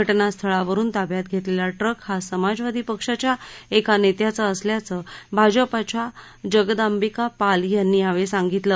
घ जास्थळावरुन ताब्यात घेतलेला ट्रक हा समाजवादी पक्षाच्या एका नेत्याचा असल्याचं भाजपाच्या जगदाम्बिका पाल यांनी यावेळी सांगितलं